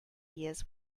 years